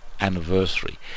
anniversary